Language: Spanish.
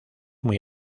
muy